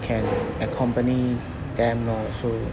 can accompany them lor so